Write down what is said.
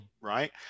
right